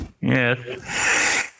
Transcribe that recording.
Yes